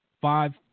Five